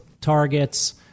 targets